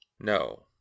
No